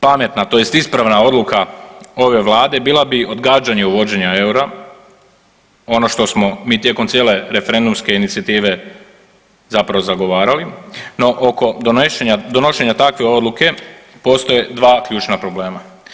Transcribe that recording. Pametna tj. ispravna odluka ove vlade bila bi odgađanje uvođenja EUR-a ono što smo mi tijekom cijele referendumske inicijative zapravo zagovarali no oko donošenja takve odluke postoje dva ključna problema.